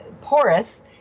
Porous